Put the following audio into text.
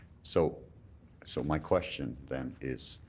so so my question then is,